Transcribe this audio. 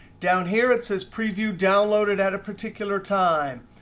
down here, it says preview downloaded at a particular time.